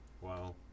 Wow